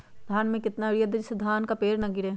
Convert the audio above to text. धान में कितना यूरिया दे जिससे धान का पेड़ ना गिरे?